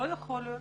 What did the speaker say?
לא יכול להיות